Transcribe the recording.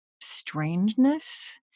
strangeness